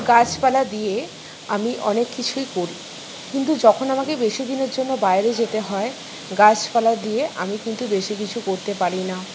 গাছপালা দিয়ে আমি অনেক কিছুই করি কিন্তু যখন আমাকে বেশিদিনের জন্য বাইরে যেতে হয় গাছপালা দিয়ে আমি কিন্তু বেশি কিছু করতে পারি না